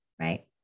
right